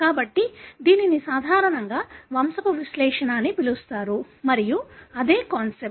కాబట్టి దీనిని సాధారణంగా వంశపు విశ్లేషణ అని పిలుస్తారు మరియు అదే కాన్సెప్ట్